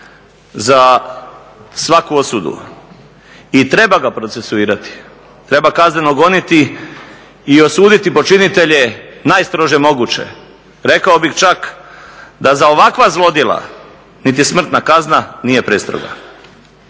za svaku osudu. I treba ga procesuirati, treba kazneno goniti i osuditi počinitelje najstrože moguće, rekao bih čak da za ovakva zlodjela niti smrtna kazna nije prestroga.